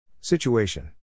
Situation